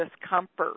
discomfort